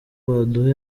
baduha